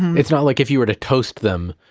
it's not like if you were to toast them,